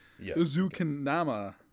uzukanama